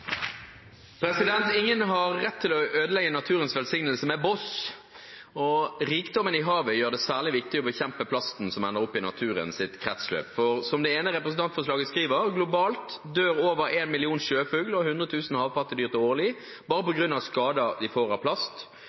særlig viktig å bekjempe plasten som ender i naturens kretsløp. Som det står i det ene representantforslaget: «Globalt dør over en million sjøfugl og 100 000 havpattedyr årlig bare på grunn av skader de får av plast.»